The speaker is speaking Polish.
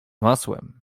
masłem